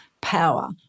power